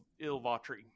Ilvatri